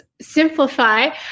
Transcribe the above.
simplify